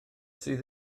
sydd